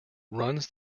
runs